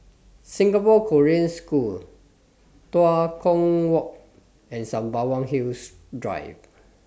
Singapore Korean School Tua Kong Walk and Sembawang Hills Drive